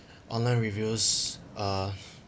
online reviews uh